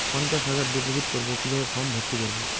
পঞ্চাশ হাজার ডিপোজিট করবো কিভাবে ফর্ম ভর্তি করবো?